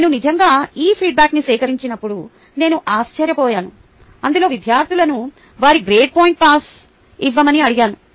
నేను నిజంగా ఈ ఫీడ్బ్యాక్న్ని సేకరించినప్పుడు నేను ఆశ్చర్యపోయాను అందులో విద్యార్థులను వారి గ్రేడ్ పాయింట్ సగటు ఇవ్వమని అడిగాను